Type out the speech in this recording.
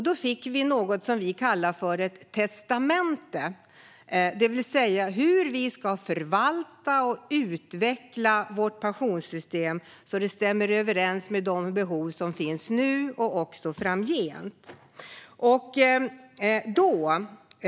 Då fick vi något som vi kallar för ett testamente om hur vi ska förvalta och utveckla vårt pensionssystem så att det stämmer överens med de behov som finns nu och framgent.